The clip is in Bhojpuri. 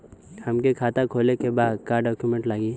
हमके खाता खोले के बा का डॉक्यूमेंट लगी?